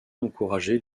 encourager